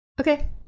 Okay